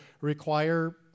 require